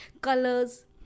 Colors